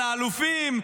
על האלופים.